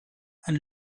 and